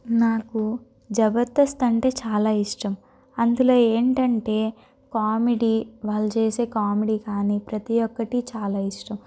నాకు జబర్దస్త్ అంటే నాకు చాలా ఇష్టం అందులో ఏంటంటే కామెడీ వాళ్ళు చేసే కామెడీ కానీ ప్రతీ ఒక్కటి చాలా ఇష్టం